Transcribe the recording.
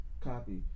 Copy